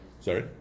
Sorry